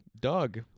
Doug